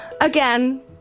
again